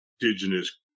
indigenous